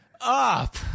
up